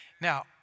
Now